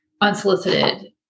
unsolicited